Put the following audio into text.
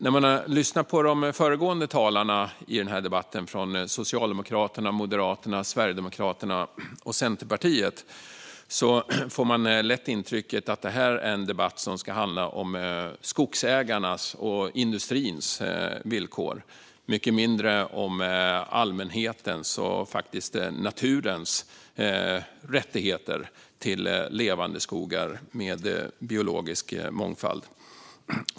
Om man lyssnar på de föregående talarna i den här debatten, från Socialdemokraterna, Moderaterna, Sverigedemokraterna och Centerpartiet, får man lätt intrycket att detta är en debatt om skogsägarnas och industrins villkor. Det är mycket mindre om allmänhetens och naturens rättigheter till levande skogar med biologisk mångfald.